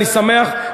אני שמח,